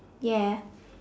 ya